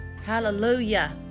hallelujah